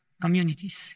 communities